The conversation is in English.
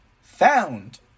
found